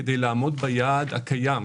כדי לעמוד ביעד הקיים,